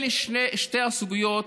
אלה שתי הסוגיות